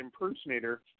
impersonator